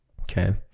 Okay